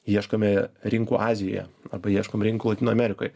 ieškome rinkų azijoje arba ieškom rinkų lotynų amerikoj